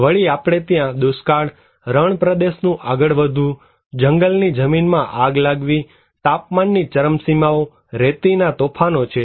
વળી આપણે ત્યાં દુષ્કાળ રણપ્રદેશનું આગળ વધવું જંગલની જમીનમાં આગ લાગવી તાપમાનની ચરમસીમાઓ રેતીના તોફાનો છે